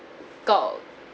got